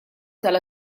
tal